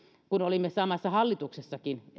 kun olimme samassa hallituksessakin